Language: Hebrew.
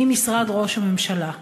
ממשרד ראש הממשלה.